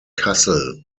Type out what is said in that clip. kassel